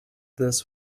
this